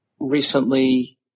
recently